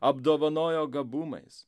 apdovanojo gabumais